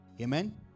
Amen